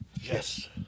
Yes